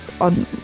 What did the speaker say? on